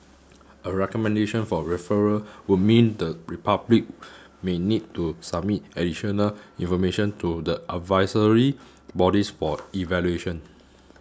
a recommendation for referral would mean the Republic may need to submit additional information to the advisory bodies for evaluation